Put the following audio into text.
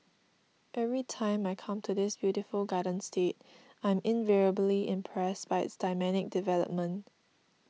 every time I come to this beautiful garden state I'm invariably impressed by its dynamic development